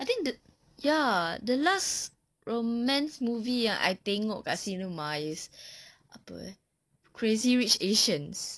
I think the ya the last romance movie ah I tengok dekat cinema is apa eh crazy rich asians